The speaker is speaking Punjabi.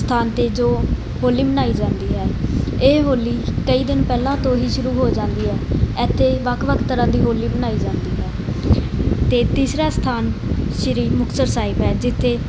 ਸਥਾਨ 'ਤੇ ਜੋ ਹੋਲੀ ਮਨਾਈ ਜਾਂਦੀ ਹੈ ਇਹ ਹੋਲੀ ਕਈ ਦਿਨ ਪਹਿਲਾਂ ਤੋਂ ਹੀ ਸ਼ੁਰੂ ਹੋ ਜਾਂਦੀ ਹੈ ਇੱਥੇ ਵੱਖ ਵੱਖ ਤਰ੍ਹਾਂ ਦੀ ਹੋਲੀ ਬਣਾਈ ਜਾਂਦੀ ਹੈ ਅਤੇ ਤੀਸਰਾ ਸਥਾਨ ਸ਼੍ਰੀ ਮੁਕਤਸਰ ਸਾਹਿਬ ਹੈ ਜਿੱਥੇ